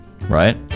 right